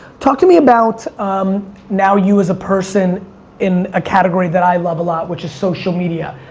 talk to me about um now you as a person in ah category that i love a lot, which is social media.